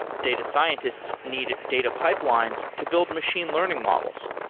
data scientists need data pipelines to build machine learning models.